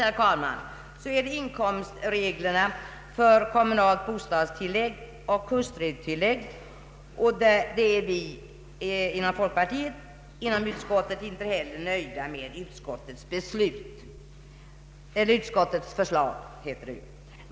När det gäller inkomstreglerna för kommunalt bostadstillägg och hustrutillägg är vi folkpartister inom utskottet inte heller nöjda med utskottets förslag.